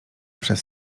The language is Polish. przez